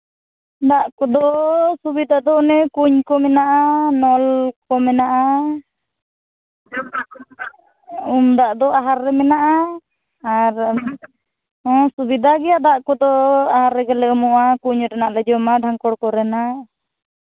ᱫᱟᱜ ᱠᱚᱫᱚ ᱥᱩᱵᱤᱫᱷᱟ ᱫᱚ ᱚᱱᱮ ᱠᱩᱧ ᱠᱚ ᱢᱮᱱᱟᱜᱼᱟ ᱱᱚᱞ ᱠᱚ ᱢᱮᱱᱟᱜᱼᱟ ᱩᱢ ᱫᱟᱜ ᱫᱚ ᱟᱦᱟᱨ ᱨᱮ ᱢᱮᱱᱟᱜᱼᱟ ᱟᱨ ᱥᱩᱵᱤᱫᱷᱟ ᱜᱮᱭᱟ ᱫᱟᱜ ᱠᱚᱫᱚ ᱟᱦᱟᱨ ᱨᱮᱜᱮ ᱞᱮ ᱩᱢᱩᱜᱼᱟ ᱠᱩᱧ ᱨᱮᱱᱟᱜ ᱞᱮ ᱡᱚᱢᱟ ᱰᱷᱮᱝᱠᱚᱲ ᱠᱚᱞ ᱨᱮᱱᱟᱜ